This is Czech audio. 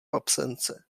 absence